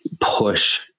push